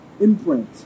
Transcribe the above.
imprint